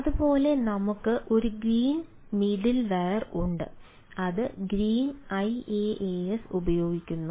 അതുപോലെ നമുക്ക് ഒരു ഗ്രീൻ മിഡിൽവെയർ ഉണ്ട് അത് ഗ്രീൻ IaaS ഉപയോഗിക്കുന്നു